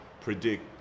predict